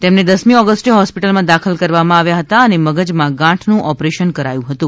તેમને દસમી ઓગસ્ટે હોસ્પિટલમાં દાખલ કરવામાં આવ્યા હતા અને મગજમાં ગાંઠનું ઓપરેશન કરાયું હતું